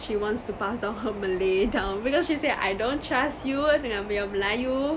she wants to pass down her malay down because she said I don't trust you dengan your melayu